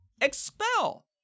expel